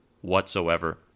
whatsoever